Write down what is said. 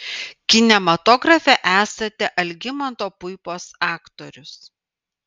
kinematografe esate algimanto puipos aktorius